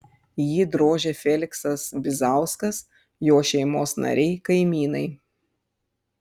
jį drožė feliksas bizauskas jo šeimos nariai kaimynai